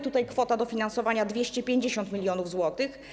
Tutaj kwota dofinansowania to 250 mln zł.